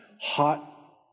hot